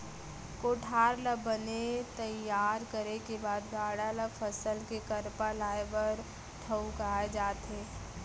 कोठार ल बने तइयार करे के बाद गाड़ा ल फसल के करपा लाए बर ठउकाए जाथे